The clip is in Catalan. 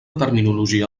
terminologia